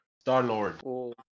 Star-Lord